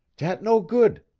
dat no good,